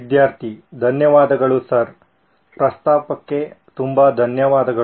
ವಿದ್ಯಾರ್ಥಿ ಧನ್ಯವಾದಗಳು ಸರ್ ಪ್ರಸ್ತಾಪಕ್ಕೆ ತುಂಬಾ ಧನ್ಯವಾದಗಳು